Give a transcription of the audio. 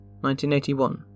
1981